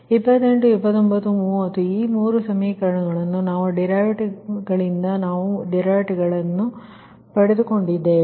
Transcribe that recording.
ಆದ್ದರಿಂದ 28 29 30 ಈ ಮೂರು ಸಮೀಕರಣಗಳನ್ನು ನಾವು ಡರಿವಿಟಿವ ದಿಂದ ಪಡೆದುಕೊಂಡಿದ್ದೇವೆ